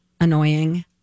annoying